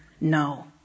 No